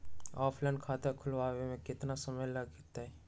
Offline खाता खुलबाबे में केतना समय लगतई?